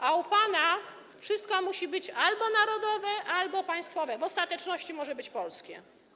A u pana wszystko musi być albo narodowe, albo państwowe, w ostateczności może być polskie.